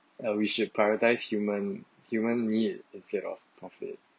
err we should prioritize human human needs instead of profit